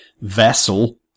vessel